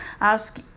ask